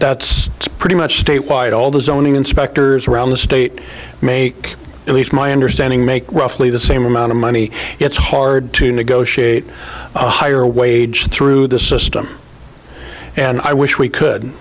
that's pretty much statewide all the zoning inspectors around the state make at least my understanding make roughly the same amount of money it's hard to negotiate a higher wage through the system and i wish we could